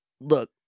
Look